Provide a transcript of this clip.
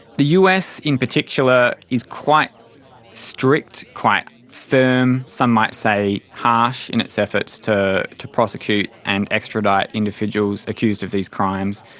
the us in particular is quite strict, quite firm, some might say harsh in its efforts to to prosecute and extradite individuals accused of these crimes,